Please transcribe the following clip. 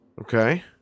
Okay